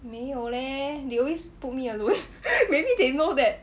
没有 leh they always put me alone maybe they know that